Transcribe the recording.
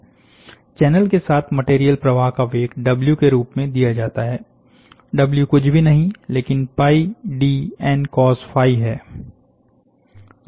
channel के साथ material प्रवाह का वेग डब्ल्यू के रूप में दिया जाता है डब्ल्यू कुछ भी नहीं लेकिन pi D N cos DNcos है